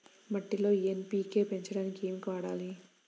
మట్టిలో ఎన్.పీ.కే పెంచడానికి ఏమి వాడాలి?